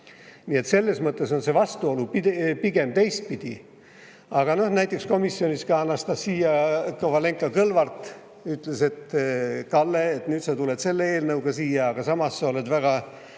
Nii et selles mõttes on see vastuolu pigem teistpidi. Aga näiteks komisjonis ka Anastassia Kovalenko-Kõlvart ütles, et Kalle, sa tuled selle eelnõuga siia, aga samas sa oled väga